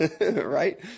Right